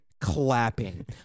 clapping